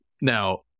Now